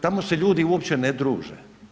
Tamo se ljudi uopće ne druže.